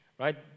right